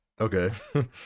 okay